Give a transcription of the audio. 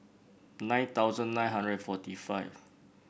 nine thousand nine hundred and forty five